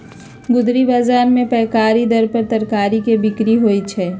गुदरी बजार में पैकारी दर पर तरकारी के बिक्रि होइ छइ